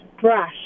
Brush